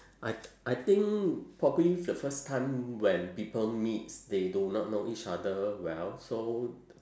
I I think probably the first time when people meets they do not know each other well so